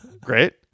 great